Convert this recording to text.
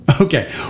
Okay